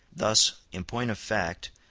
thus, in point of fact,